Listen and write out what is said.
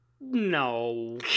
No